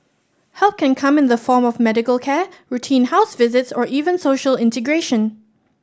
help can come in the form of medical care routine house visits or even social integration